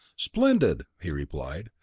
splendid! he replied.